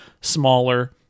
smaller